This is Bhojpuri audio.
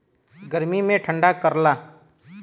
गर्मी मे ठंडा करला